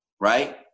right